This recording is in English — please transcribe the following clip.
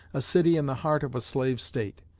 a city in the heart of a slave state,